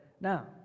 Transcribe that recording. Now